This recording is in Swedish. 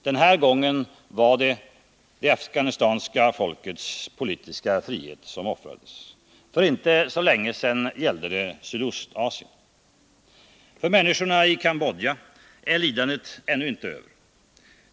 Den här gången var det det afghanska folkets politiska frihet som offrades. För inte så länge sedan gällde det Sydostasien. För människorna i Cambodja är lidandet ännu inte över.